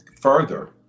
further